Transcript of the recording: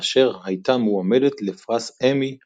כאשר הייתה מועמדת לפרס אמי הבינלאומי.